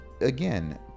again